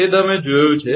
તે તમે જોયું છે